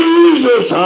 Jesus